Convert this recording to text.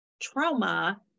trauma